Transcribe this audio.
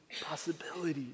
Possibilities